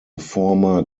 former